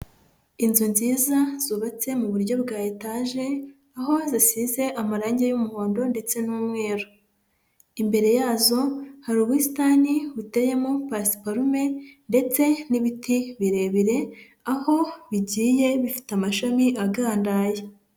Inzu nziza zubatse mu buryo bwa etaje, aho zisize amarangi y'umuhondo ndetse n'umweru, imbere yazo hari ubusitani buteyemo pasiparume ndetse n'ibiti birebire, aho bigiye bifite amashami agandaye.